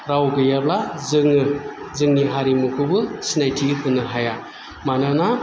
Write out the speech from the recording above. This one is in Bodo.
राव गैयाब्ला जोङो जोंनि हारिमुखौबो सिनायथि होनो हाया मानोना